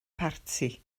parti